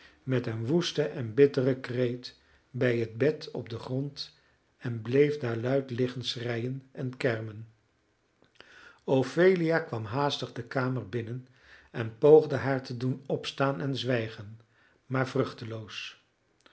met een woesten en bitteren kreet bij het bed op den grond en bleef daar luid liggen schreien en kermen ophelia kwam haastig de kamer binnen en poogde haar te doen opstaan en zwijgen maar